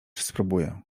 spróbuję